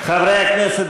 טרכטנברג,